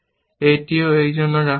এটিও এই জন্য রাখা হবে